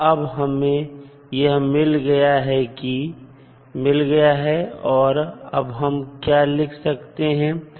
तो अब हमें यह मिल गया है और अब हम क्या लिख सकते हैं